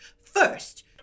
First